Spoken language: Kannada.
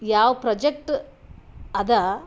ಯಾವ ಪ್ರೊಜೆಕ್ಟ್ ಅದ